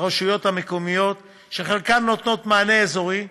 ברשויות המקומיות, שחלקם נותנים מענה אזורי.